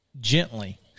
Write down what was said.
gently